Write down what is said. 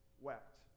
wept